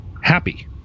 happy